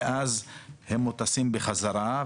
ואז הם מוטסים בחזרה.